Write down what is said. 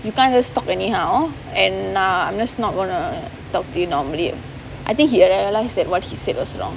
you can't just talk anyhow and uh I'm just not going to talk to you normally I think he realised that what he said was wrong